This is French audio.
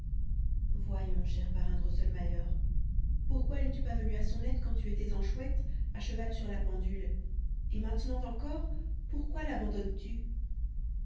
voyons cher parrain drosselmayer pourquoi n'es-tu pas venu à son aide quand tu étais en chouette à cheval sur la pendule et maintenant encore pourquoi labandonnes tu